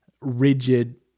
rigid